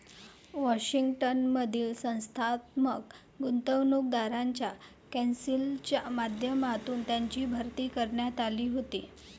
Washington मधील संस्थात्मक गुंतवणूकदारांच्या कौन्सिलच्या माध्यमातून त्यांची भरती करण्यात आली होती